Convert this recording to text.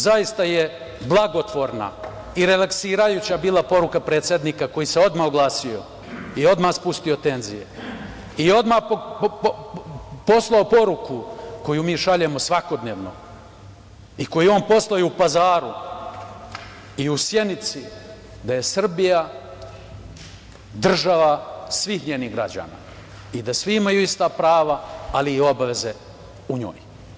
Zaista je blagotvorna i relaksirajuća bila poruka predsednika koj se odmah oglasio i odmah spustio tenziju i odmah poslao poruku koju mi šaljemo svakodnevno i koju je on poslao i u Pazar, i u Sjenici, da je Srbija država svih njenih građana i da svi imaju ista prava, ali i obaveze u njoj.